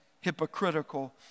hypocritical